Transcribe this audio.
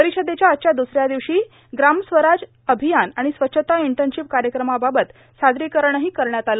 परिषदेच्या आजच्या दसऱ्या दिवशी ग्राम स्वराज अभियान आणि स्वच्छता इंटर्नशीप कार्यक्रमाबाबत सादरीकरणंही करण्यात आलं